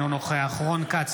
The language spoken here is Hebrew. אינו נוכח רון כץ,